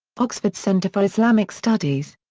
oxford centre for islamic studies.